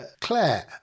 Claire